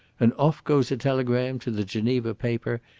and off goes a telegram to the geneva paper,